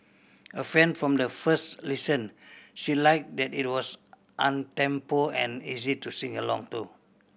a fan from the first listen she liked that it was uptempo and easy to sing along to